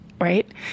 right